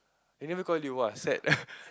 any of you !wah! sad